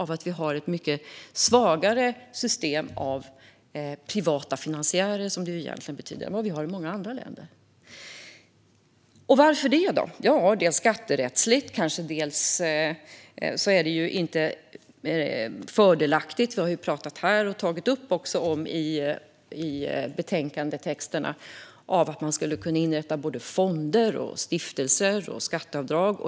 Vi har ett mycket svagare system av privata finansiärer än i många andra länder. Varför det då? Det är å ena sidan en skatterättslig fråga. I betänkandetexten tar vi upp att det inte är fördelaktigt att inrätta fonder och stiftelser, och vi talar om skatteavdrag.